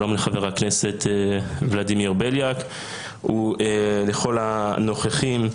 שלום לחבר הכנסת ולדימיר בליאק ולכל הנוכחים.